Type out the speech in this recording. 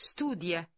Studia